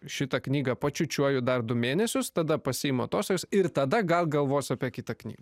šitą knygą pačiučiuoju dar du mėnesius tada pasiimu atostogas ir tada gal galvosiu apie kitą knygą